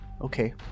Okay